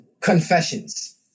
confessions